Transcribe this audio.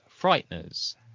Frighteners